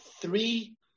three